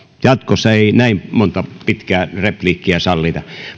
jatkossa ei näin montaa pitkää repliikkiä sallita